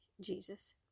Jesus